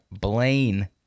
Blaine